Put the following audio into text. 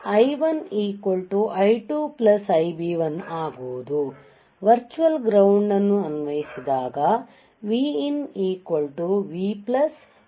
ಆದ್ದರಿಂದ virtual ground ಅನ್ನು ಅನ್ವಯಿಸಿದಾಗ Vin V Ib ಆಗಿರುತ್ತದೆ